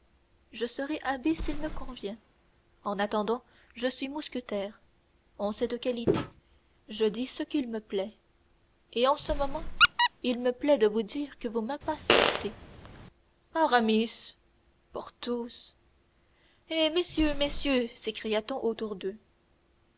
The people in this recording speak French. je serai abbé s'il me convient en attendant je suis mousquetaire en cette qualité je dis ce qu'il me plaît et en ce moment il me plaît de vous dire que vous m'impatientez aramis porthos eh messieurs messieurs s'écria-t-on autour d'eux